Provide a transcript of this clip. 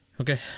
okay